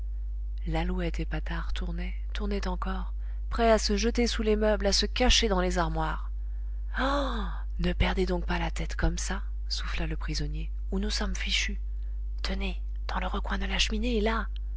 lalouette et patard tournaient tournaient encore prêts à se jeter sous les meubles à se cacher dans les armoires ah ne perdez donc pas la tête comme ça souffla le prisonnier ou nous sommes fichus tenez dans le recoin de la cheminée là